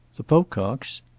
the pococks?